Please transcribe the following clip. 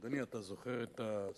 אדוני, אתה זוכר את ה"סופר-טנקר"?